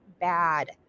bad